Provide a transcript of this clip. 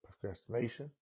procrastination